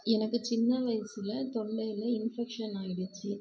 எனக்கு சின்ன வயசில் தொண்டையில் இன்ஃபெக்ஷன் ஆகிடுச்சி